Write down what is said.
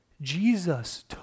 Jesus